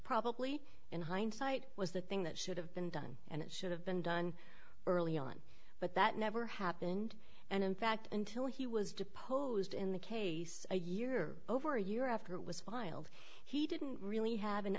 probably in hindsight was the thing that should have been done and it should have been done early on but that never happened and in fact until he was deposed in the case a year over year after it was filed he didn't really have an